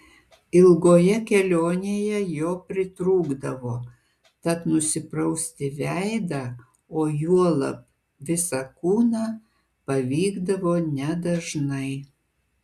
ilgoje kelionėje jo pritrūkdavo tad nusiprausti veidą o juolab visą kūną pavykdavo nedažnai